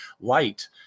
light